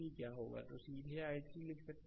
slide समय देखें 1742 सीधे i3 लिख सकते हैं